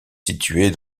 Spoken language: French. située